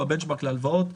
הוא הבנצ'מארק להלוואות,